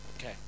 Okay